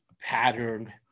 pattern